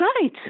right